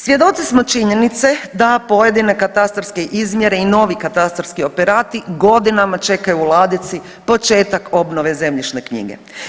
Svjedoci smo činjenice da pojedine katastarske izmjere i novi katastarski operati godinama čekaju u ladici početak obnove zemljišne knjige.